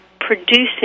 producing